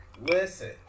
listen